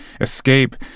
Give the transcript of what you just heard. escape